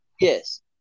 Yes